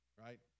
Right